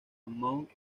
mount